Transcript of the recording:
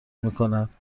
میکند